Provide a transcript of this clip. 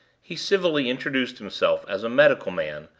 he civilly introduced himself as a medical man,